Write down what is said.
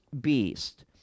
beast